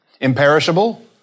Imperishable